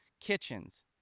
kitchens